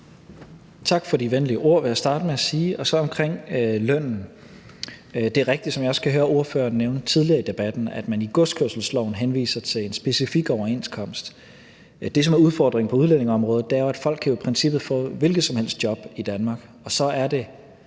Tak for de venlige ord, vil jeg starte med at sige. Omkring lønnen vil jeg sige, at det er rigtigt, som jeg også hørte ordføreren nævne tidligere i debatten, at man i godskørselsloven henviser til en specifik overenskomst. Det, som er udfordringen på udlændingeområdet, er, at folk i princippet kan få hvilket som helst job i Danmark, og så er det